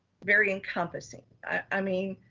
very encompassing. i mean,